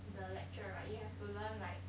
the lecture right you have to learn like